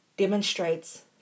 demonstrates